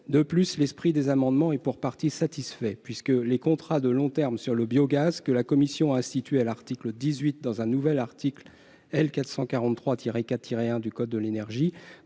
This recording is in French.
De plus, l'esprit des amendements est pour partie satisfait, puisque les contrats de long terme sur le biogaz, que la commission a institués à l'article 18, dans un nouvel article L. 443-4-1 du code de l'énergie